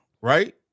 right